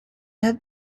have